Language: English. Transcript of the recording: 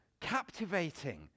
captivating